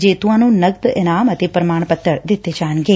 ਜੇਤੁਆਂ ਨੂੰ ਨਗਦ ਇਨਾਮ ਅਤੇ ਪ੍ਰਮਾਣ ਪੱਤਰ ਦਿੱਤੇ ਜਾਣਗੇ